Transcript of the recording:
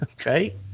okay